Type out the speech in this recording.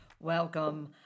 welcome